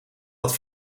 dat